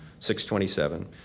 627